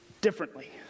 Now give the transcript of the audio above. differently